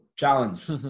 challenge